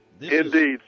Indeed